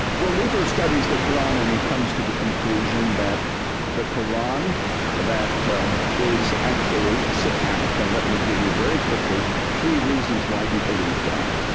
well, luther studies the koran and he comes to the conclusion that the quran that is actually satanic. and let me give you, very quickly, three reasons why he believed that.